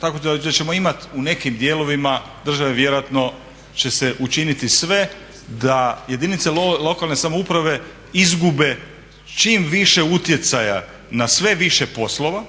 Tako da ćemo imati u nekim dijelovima države vjerojatno će se učiniti sve da jedinice lokalne samouprave izgube čim više utjecaja na sve više poslova